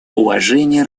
уважения